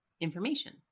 information